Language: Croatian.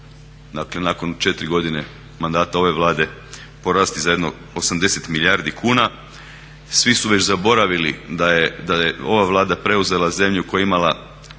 dakle nakon 4 godine mandata ove Vlade porasti za jedno 80 milijardi kuna. Svi su već zaboravili da je ova Vlada preuzela zemlju koja je imala